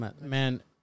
man